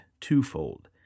twofold